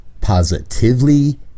positively